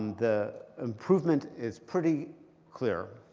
the improvement is pretty clear.